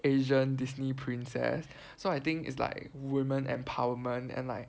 Asian Disney princess so I think is like women empowerment and like